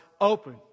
open